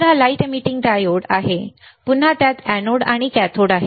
तर हा light emitting diode प्रकाश उत्सर्जक डायोड आहे पुन्हा त्यात एनोड आणि कॅथोड आहे